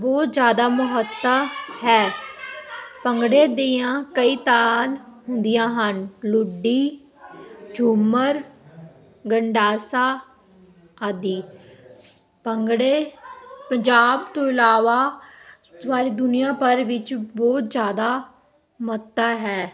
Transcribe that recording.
ਬਹੁਤ ਜ਼ਿਆਦਾ ਮਹੱਤਤਾ ਹੈ ਭੰਗੜੇ ਦੀਆਂ ਕਈ ਤਾਨ ਹੁੰਦੀਆਂ ਹਨ ਲੁੱਡੀ ਝੂਮਰ ਗੰਡਾਸਾ ਆਦਿ ਭੰਗੜੇ ਪੰਜਾਬ ਤੋਂ ਇਲਾਵਾ ਸਾਰੀ ਦੁਨੀਆਂ ਭਰ ਵਿੱਚ ਬਹੁਤ ਜ਼ਿਆਦਾ ਮਹੱਤਤਾ ਹੈ